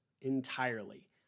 entirely